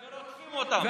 ורודפים אותם.